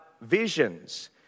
visions